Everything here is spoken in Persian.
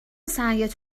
سعیت